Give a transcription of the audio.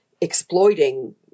exploiting